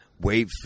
wait